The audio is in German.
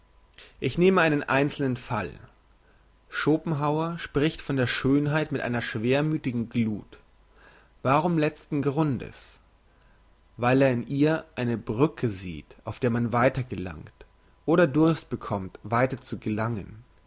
ich nehme einen einzelnen fall schopenhauer spricht von der schönheit mit einer schwermüthigen gluth warum letzten grundes weil er in ihr eine brücke sieht auf der man weiter gelangt oder durst bekommt weiter zu gelangen